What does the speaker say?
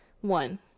one